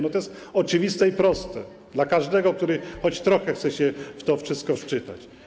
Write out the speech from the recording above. To jest oczywiste i proste dla każdego, kto choć trochę chce się w to wszystko wczytać.